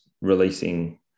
releasing